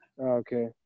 Okay